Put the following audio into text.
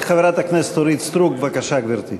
חברת הכנסת אורית סטרוק, בבקשה, גברתי.